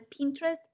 Pinterest